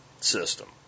system